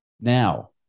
Now